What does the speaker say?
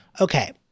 Okay